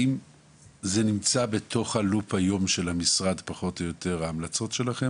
האם זה נמצא בתוך הלופ היום של המשרד פחות או יותר ההמלצות שלכם,